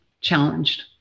challenged